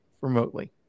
remotely